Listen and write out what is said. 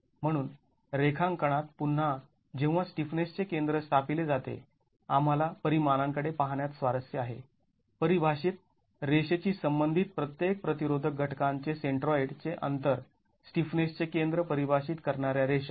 म्हणून रेखांकनात पुन्हा जेव्हा स्टिफनेसचे केंद्र स्थापिले जाते आम्हाला परिमांणाकडे पाहण्यात स्वारस्य आहे परिभाषित रेषेशी संबंधित प्रत्येक प्रतिरोधक घटकांचे सेंट्रॉईड चे अंतर स्टिफनेसचे केंद्र परिभाषित करणाऱ्या रेषा